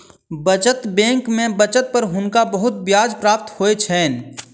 बचत बैंक में बचत पर हुनका बहुत ब्याज प्राप्त होइ छैन